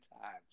times